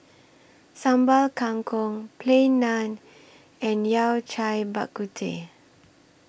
Sambal Kangkong Plain Naan and Yao Cai Bak Kut Teh